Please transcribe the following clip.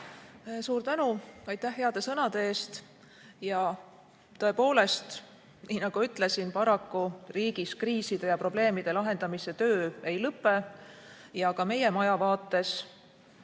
Suur tänu! Aitäh heade sõnade eest! Tõepoolest, nii nagu ütlesin, paraku riigis kriiside ja probleemide lahendamise töö ei lõpe. Ka meie maja vaates ongi